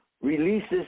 releases